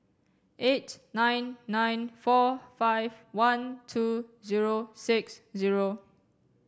eight nine nine four five one two zero six zero